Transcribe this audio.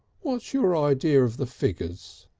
what's your idea of the figures?